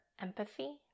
empathy